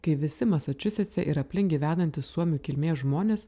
kai visi masačusetse ir aplink gyvenantys suomių kilmės žmonės